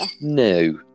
No